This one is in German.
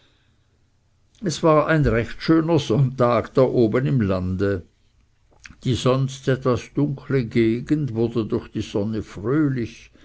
es war ein recht schöner sonntag da oben im lande die sonst etwas dunkle gegend wurde durch die sonne fröhlich